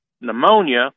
pneumonia